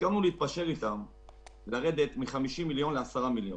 הסכמנו להתפשר ולרדת מ-50 מיליון ל-10 מיליון,